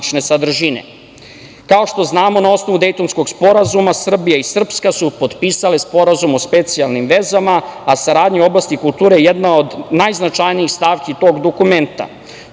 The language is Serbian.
što znamo na osnovu Dejtonskog sporazuma, Srbija i Srpska su potpisale Sporazum o specijalnim vezama, a saradnja u oblasti kulture je jedna od najznačajnijih stavki tog dokumenta.